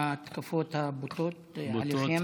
בגלל ההתקפות הבוטות עליכם.